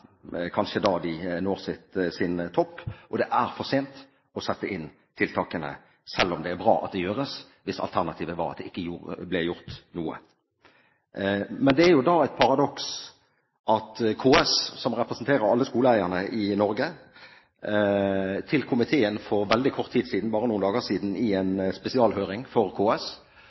kanskje da de når sin topp. Det er for sent å sette inn tiltakene da, selv om det er bra at det gjøres, hvis alternativet var at det ikke ble gjort noe. Men det er jo da et paradoks at KS, som representerer alle skoleeierne i Norge, til komiteen for bare noen dager siden i en spesialhøring for KS